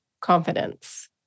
confidence